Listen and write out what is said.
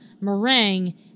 meringue